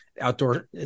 outdoor